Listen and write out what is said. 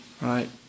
Right